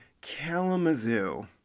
Kalamazoo